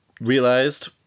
realized